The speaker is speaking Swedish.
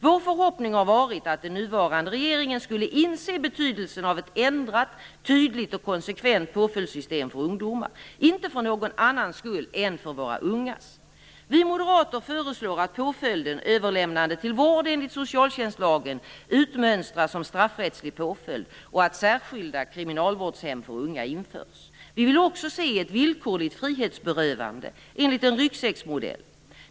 Vår förhoppning har varit att den nuvarande regeringen skulle inse betydelsen av ett ändrat, tydligt och konsekvent påföljdssystem för ungdomar - inte för någon annans skull än för våra ungas. Vi moderater föreslår att påföljden överlämnande till vård enligt socialtjänstlagen utmönstras som straffrättslig påföljd och att särskilda kriminalvårdshem för unga införs. Vi vill också se ett villkorligt frihetsberövande enligt en ryggsäcksmodell.